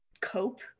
cope